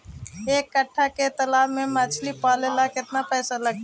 एक कट्ठा के तालाब में मछली पाले ल केतना पैसा लगतै?